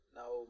now